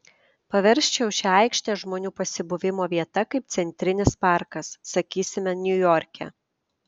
paversčiau šią aikštę žmonių pasibuvimo vieta kaip centrinis parkas sakysime niujorke